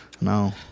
No